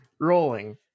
Rolling